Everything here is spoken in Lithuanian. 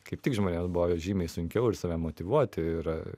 kaip tik žmonėms buvo žymiai sunkiau ir save motyvuoti ir